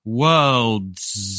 world's